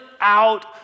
out